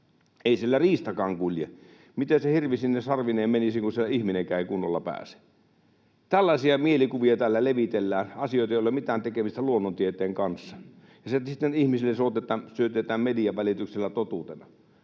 Ei siellä riistakaan kulje. Miten se hirvi sinne sarvineen menisi, kun siellä ihminenkään ei kunnolla pääse. Tällaisia mielikuvia täällä levitellään — asioita, joilla ei ole mitään tekemistä luonnontieteen kanssa, ja sitten ihmisille syötetään niitä median välityksellä totuutena.